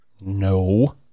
No